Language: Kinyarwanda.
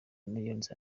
millions